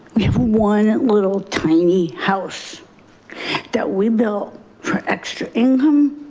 we have one little tiny house that we built for extra income.